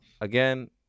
again